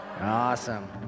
Awesome